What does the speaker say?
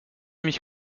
mich